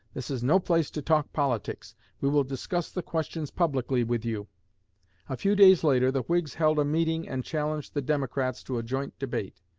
this is no place to talk politics we will discuss the questions publicly with you a few days later the whigs held a meeting and challenged the democrats to a joint debate.